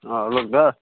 অ লগ ধৰ